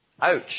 Ouch